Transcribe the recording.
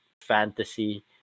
fantasy